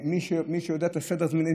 מי שיודע את סדר הזמנים,